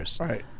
Right